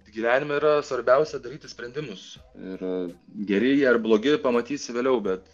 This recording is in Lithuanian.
gyvenime yra svarbiausia daryti sprendimus ir geri jie ar blogi pamatysi vėliau bet